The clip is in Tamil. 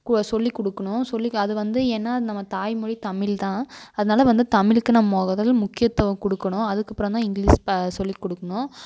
சொல்லிக் கொடுக்கணும் சொல்லி அது வந்து ஏன்னால் நம்ம தாய்மொழி தமிழ்தான் அதனால் வந்து தமிழுக்கு நம்ம முதல் முக்கியத்துவம் கொடுக்கணும் அதுக்கப்புறந்தான் இங்கிலீஸ் சொல்லிக் கொடுக்கணும்